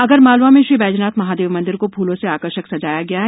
आगरमालवा में श्री बैजनाथ महादेव मंदिर को फूलों से आकर्षक सजाया गया है